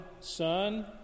Son